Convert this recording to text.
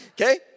Okay